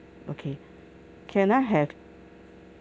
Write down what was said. okay can I have